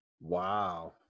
Wow